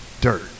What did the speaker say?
Dirt